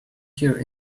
here